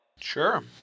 sure